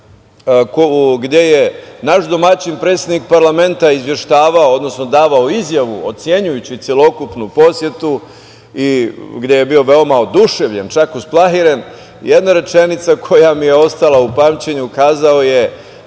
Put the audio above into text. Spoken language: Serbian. gde je naš domaćin predsednik parlamenta izveštavao, odnosno davao izjavu ocenjujući celokupnu posetu i gde je bio veoma oduševljen, čak usplahiren. Jedna rečenica koja mi je ostala u pamćenju. Kazao je